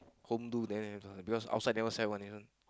home do then have lah because outside never sell one you know